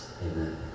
Amen